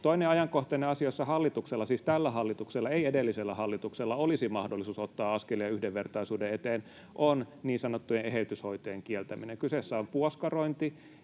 Toinen ajankohtainen asia, jossa hallituksella — siis tällä hallituksella, ei edellisellä hallituksella — olisi mahdollisuus ottaa askelia yhdenvertaisuuden eteen, on niin sanottujen eheytyshoitojen kieltäminen. Kyseessä on puoskarointi,